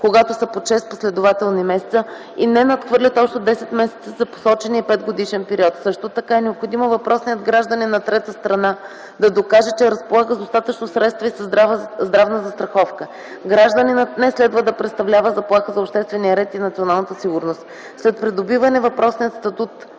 когато са под 6 последователни месеца и не надхвърлят общо 10 месеца за посочения 5-годишен период. Също така е необходимо въпросният гражданин на трета страна да докаже, че разполага с достатъчно средства и със здравна застраховка. Гражданинът не следва да представлява заплаха за обществения ред и националната сигурност. След придобиване въпросният статут